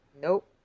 nope